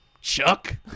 Chuck